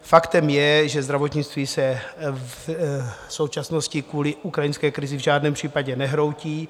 Faktem je, že zdravotnictví se v současnosti kvůli ukrajinské krizi v žádném případě nehroutí.